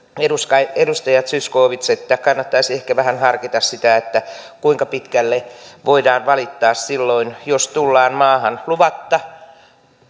edustaja zyskowicz että kannattaisi ehkä vähän harkita sitä kuinka pitkälle voidaan valittaa silloin jos tullaan maahan luvatta